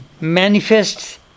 manifests